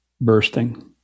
bursting